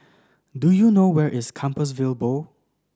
do you know where is Compassvale Bow